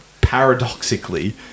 paradoxically